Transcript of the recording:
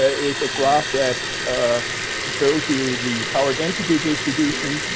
ah is a graph that ah shows you the power density distribution,